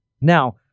Now